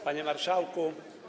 Panie Marszałku!